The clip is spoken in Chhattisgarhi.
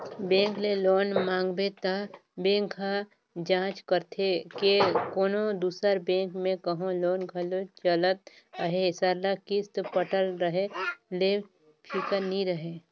बेंक ले लोन मांगबे त बेंक ह जांच करथे के कोनो दूसर बेंक में कहों लोन घलो चलत अहे सरलग किस्त पटत रहें ले फिकिर नी रहे